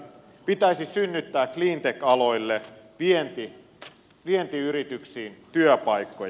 pitäisi synnyttää cleantech aloille vientiyrityksiin työpaikkoja